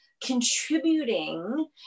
contributing